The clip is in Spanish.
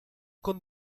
con